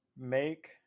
make